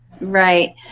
Right